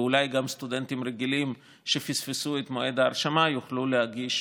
ואולי גם סטודנטים רגילים שפספסו את מועד ההרשמה יוכלו להגיש